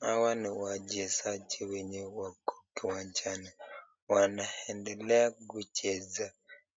Hawa ni wachezaji wenye wako kiwanjani, wanaendelea kucheza.